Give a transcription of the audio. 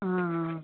हाँ हाँ